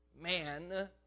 man